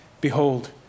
behold